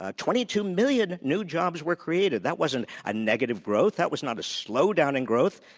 ah twenty two million new jobs were created. that wasn't a negative growth, that was not a slowdown in growth.